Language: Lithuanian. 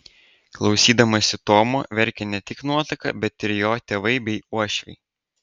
klausydamasi tomo verkė ne tik nuotaka bet ir jo tėvai bei uošviai